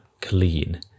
clean